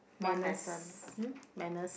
one lesson hmm